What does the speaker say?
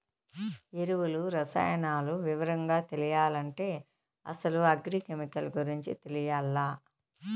ఎరువులు, రసాయనాలు వివరంగా తెలియాలంటే అసలు అగ్రి కెమికల్ గురించి తెలియాల్ల